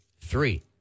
three